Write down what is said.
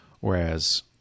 whereas